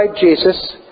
Jesus